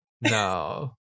no